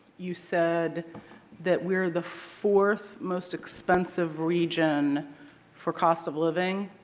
you said that we are the fourth most expensive region for cost of living.